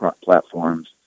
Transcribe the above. platforms